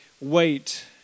wait